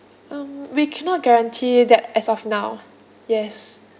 um we cannot guarantee that as of now yes